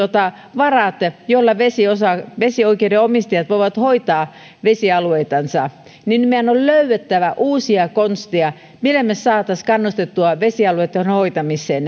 varat joilla vesioikeuden vesioikeuden omistajat voivat hoitaa vesialueitansa meidän on löydettävä uusia konsteja millä me saisimme kannustettua vesialueitten hoitamiseen